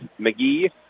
McGee